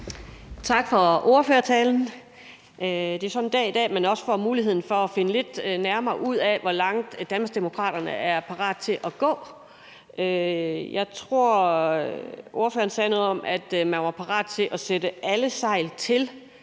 Tak for ordførertalen. Det er sådan en dag som i dag, hvor man også får muligheden for at finde lidt nærmere ud af, hvor langt Danmarksdemokraterne er parate til at gå. Jeg tror, ordføreren sagde noget om, at man var parat til at sætte alle sejl til,